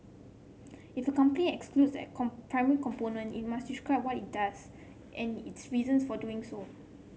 if a company excludes at component component it must describe what it does and its reasons for doing so